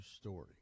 story